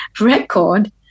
record